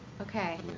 Okay